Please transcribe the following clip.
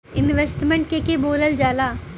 Investment के के बोलल जा ला?